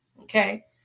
Okay